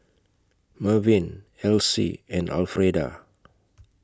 Mervyn Alcie and Alfreda